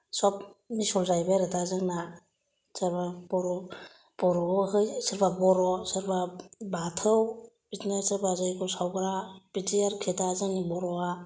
सब मिसल जाहैबाय आरो दा जोंना सोरबा बर' बर'आव हो सोरबा बर' सोरबा बाथौ बिदिनो सोरबा जैग्य सावग्रा बिदि आरोखि दा जोंनि बर'आ